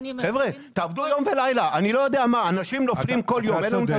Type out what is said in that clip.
חבר'ה, תעבדו יום ולילה, אנשים נופלים כל יום.